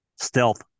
stealth